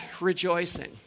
rejoicing